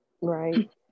Right